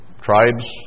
tribes